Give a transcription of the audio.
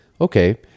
Okay